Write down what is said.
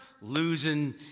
losing